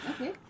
Okay